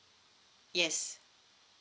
yes